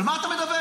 על מה אתה מדבר?